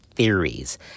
theories